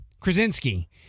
Krasinski